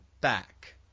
back